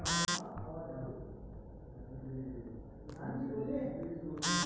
हम अपन आर.डी पर अपन परिपक्वता निर्देश जानेके चाहतानी